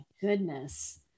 goodness